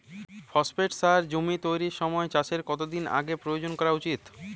Phosphate সার জমি তৈরির সময় চাষের কত দিন আগে প্রয়োগ করা উচিৎ?